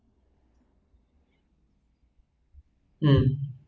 um